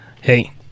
Hey